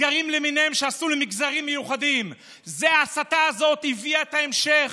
הסגרים למיניהם שעשו למגזרים מיוחדים ההסתה הזאת הביאה את ההמשך.